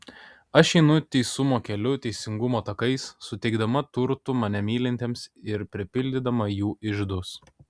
aš einu teisumo keliu teisingumo takais suteikdama turtų mane mylintiems ir pripildydama jų iždus